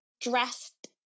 dressed